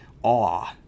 awe